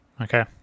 Okay